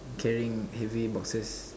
carrying heavy boxes